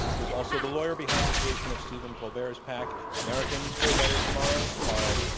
he is also the lawyer behind the creation of stephen colbert's pac, americans for a better tomorrow tomorrow.